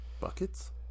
Buckets